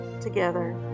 together